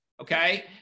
okay